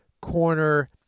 corner